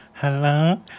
hello